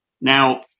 now